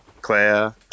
Claire